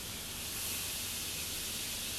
no they say he say